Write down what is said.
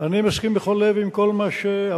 אני מסכים בכל לב עם כל מה שאמרת.